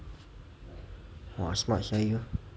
!wah! smart sia you